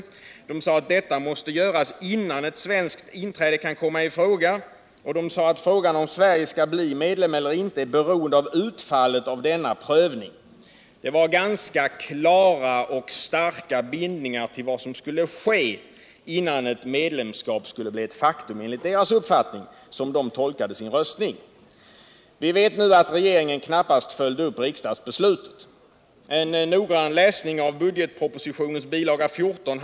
De sade vidare att detta måste göras innan ett svenskt inträde kan bli aktuellt och att frågan om Sverige skall bli medlem eHer inte är beroende av utfallet av denna prövning. Det var ganska klara och starka bindningar till vad som skulle ske innan eu medlemskap skulle bli ett faktum, enligt deras uppfattning och så som de tolkade sin röstning. Vi vet nu att regeringen knappast följde upp riksdagsbeslutet. Och en noggrann läsning av budgetpropositionens bil. 14.